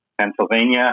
Pennsylvania